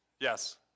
Yes